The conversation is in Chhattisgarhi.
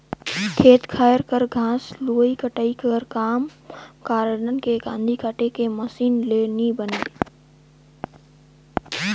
खेत खाएर कर घांस लुबई कटई कर काम हर गारडन के कांदी काटे के मसीन ले नी बने